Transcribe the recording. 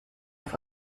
auf